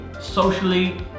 socially